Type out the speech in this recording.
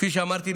כפי שאמרתי,